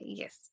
yes